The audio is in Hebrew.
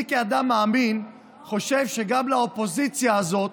אני כאדם מאמין חושב שגם לאופוזיציה הזאת,